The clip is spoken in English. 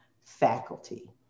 faculty